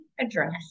address